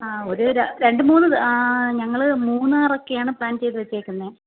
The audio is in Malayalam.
ഒര് രണ്ട് മൂന്ന് ഞങ്ങൾ മൂന്നാറക്കെയാണ് പ്ലാൻ ചെയ്തു വച്ചേക്കുന്നത്